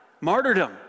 martyrdom